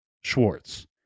Schwartz